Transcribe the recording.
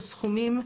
על סכומים,